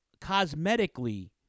cosmetically